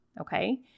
okay